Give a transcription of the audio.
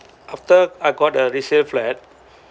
after I got a resale flat